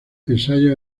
ensayos